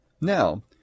Now